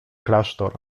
klasztor